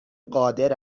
قادر